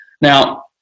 Now